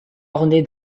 orné